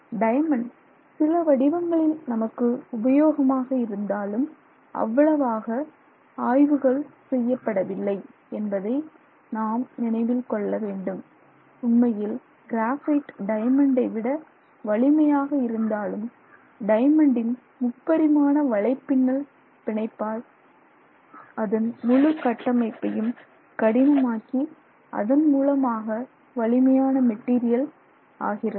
diamond சில வடிவங்களில் நமக்கு உபயோகமாக இருந்தாலும் அவ்வளவாக ஆய்வுகள் செய்யப்படவில்லை என்பதை நாம் நினைவில் கொள்ளவேண்டும் உண்மையில் கிராபைட் டயமண்டை விட வலிமையாக இருந்தாலும் டைமண்டின் முப்பரிமாண வலைப்பின்னல் பிணைப்பால் அதன் முழு கட்டமைப்பையும் கடினமாக்கி அதன் மூலமாக வலிமையான மெட்டீரியல் ஆகிறது